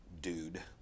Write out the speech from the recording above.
dude